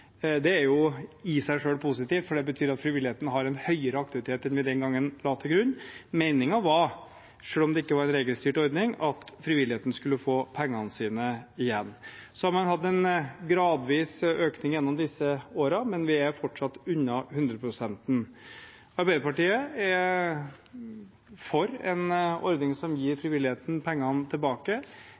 Det er i seg selv positivt, for det betyr at frivilligheten har en høyere aktivitet enn vi la til grunn den gangen. Meningen var, selv om det ikke var en regelstyrt ordning, at frivilligheten skulle få igjen pengene sine. Man har hatt en gradvis økning gjennom disse årene, men vi har fortsatt ikke nådd 100 pst. Arbeiderpartiet er for en ordning som gir frivilligheten pengene tilbake.